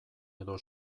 edo